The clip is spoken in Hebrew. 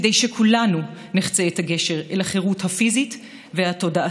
כדי שכולנו נחצה את הגשר אל החירות הפיזית והתודעתית.